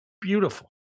beautiful